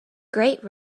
great